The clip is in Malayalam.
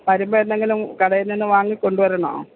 വരുമ്പോള് എന്തെങ്കിലും കടയില് നിന്ന് വാങ്ങിക്കൊണ്ടു വരണോ